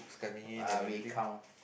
uh we count